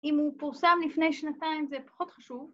‫אם הוא פורסם לפני שנתיים ‫זה פחות חשוב.